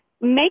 make